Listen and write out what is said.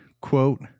quote